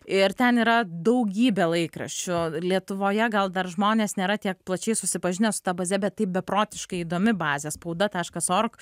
ir ten yra daugybė laikraščių lietuvoje gal dar žmonės nėra tiek plačiai susipažinę su ta baze bet tai beprotiškai įdomi bazė spauda taškas org